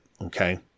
Okay